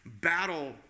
battle